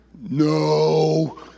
no